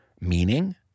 meaning